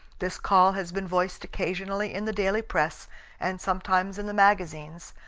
this call has been voiced occasionally in the daily press and sometimes in the magazines,